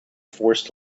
forced